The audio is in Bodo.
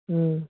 उम